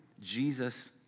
Jesus